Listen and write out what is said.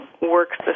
works